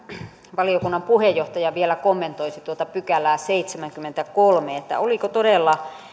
valiokunnan puheenjohtaja vielä kommentoisi tuota pykälää seitsemänkymmentäkolme oliko todella